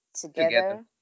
together